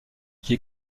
qui